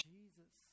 Jesus